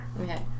Okay